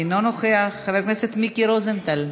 אינו נוכח, חבר הכנסת מיקי רוזנטל,